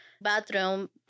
bathroom